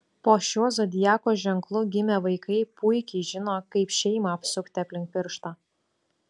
po šiuo zodiako ženklu gimę vaikai puikiai žino kaip šeimą apsukti aplink pirštą